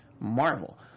Marvel